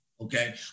okay